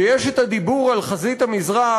ויש הדיבור על חזית המזרח,